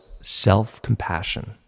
self-compassion